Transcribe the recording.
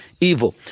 evil